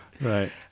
right